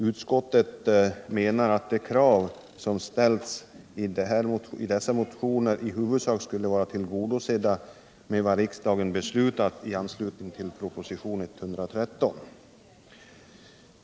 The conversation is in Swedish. Utskottet menar att de krav som ställts i dessa motioner i huvudsak skulle vara tillgodosedda med vad riksdagen beslutat i anslutning till propositionen 113.